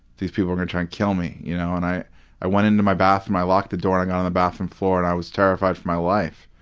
these people are gonna try and kill me. you know and i i went into my bathroom, i locked the door and got on the bathroom floor, and i was terrified for my life.